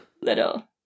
little